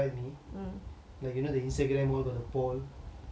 like you know the Instagram world got the poll rate or describe